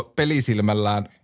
pelisilmällään